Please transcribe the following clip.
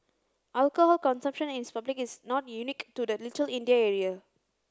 alcohol consumption is public is not unique to the Little India area